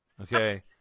Okay